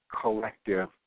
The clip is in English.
collective